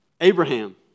Abraham